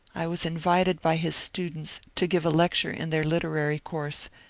i was invited by his students to give a lecture in their literary course,